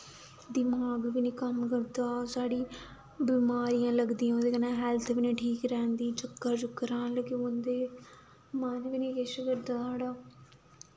दिमाग बी नी कम्म करदा साढ़ी बमारियां लगदियां ओह्दे कन्नै हैल्थ बी नी ठीक रैंह्दी चक्कर चुक्कर आन लगी पौंदे दमाक गै नी किश करदा साढ़ा